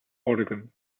oregon